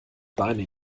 beine